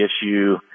issue